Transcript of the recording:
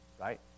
right